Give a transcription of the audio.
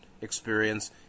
experience